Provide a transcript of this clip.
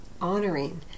Honoring